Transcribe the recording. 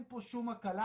אין פה כמעט שום הקלה,